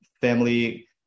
family